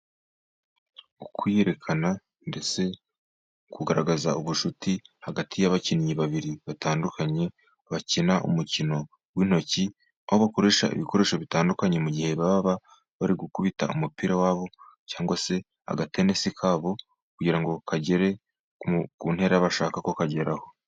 Ukwiyerekana ndetse kugaragaza ubucuti hagati y'abakinnyi babiri batandukanye, bakina umukino w'intoki. Aho bakurusha ibikoresho bitandukanye mu gihe baba bari gukubita umupira wabo cyangwa se agatenesi kabo, kugira ngo kagere ku ntera bashaka ko kageraho.